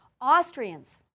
Austrians